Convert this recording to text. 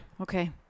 okay